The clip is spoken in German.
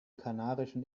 kanarischen